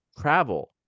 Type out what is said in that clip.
travel